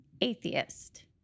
atheist